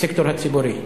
בסקטור הציבורי.